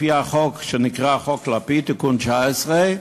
לפי החוק שנקרא "חוק לפיד", תיקון 19,